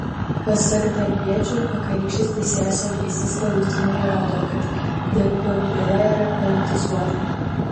pasak darbiečių vakarykštis teisėjos elgesys galutinai įrodo kad dp byla yra politizuota